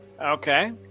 Okay